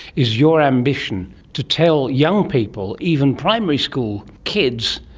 is your ambition to tell young people, even primary school kids,